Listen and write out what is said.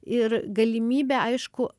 ir galimybė aišku